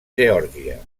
geòrgia